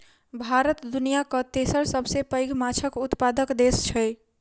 भारत दुनियाक तेसर सबसे पैघ माछक उत्पादक देस छै